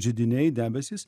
židiniai debesys